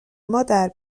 مادر